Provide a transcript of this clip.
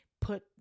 Put